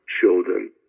children